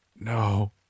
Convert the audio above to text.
No